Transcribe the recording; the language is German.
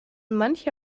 manche